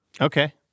okay